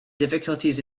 difficulties